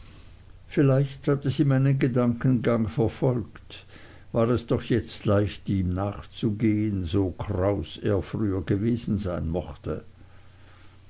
vielleicht hatte sie meinen gedankengang verfolgt war es doch jetzt leicht ihm nachzugehen so kraus er früher gewesen sein mochte